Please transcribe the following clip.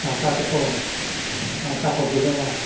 ᱥᱟᱶᱛᱟ ᱛᱮᱠᱚ ᱥᱟᱶᱛᱟ ᱠᱚ ᱫᱩᱞᱟᱹᱲᱟ